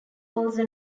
also